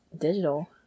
digital